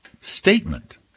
statement